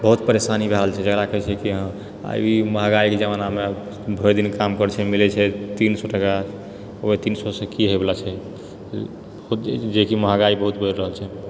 बहुत परेशानी भए रहल छै जकरा कहै छै कि हँ आब ई महगाइके जमानामे आब भरि दिन काम करै छै मिलै छै तीनटा सए का ओएह तीन सए सँ की होय बला छै जेकि महगाइ बहुत बढ़ि रहल छै